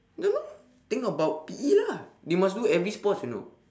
don't know I think about P_E lah they must do every sports you know